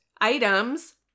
items